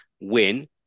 win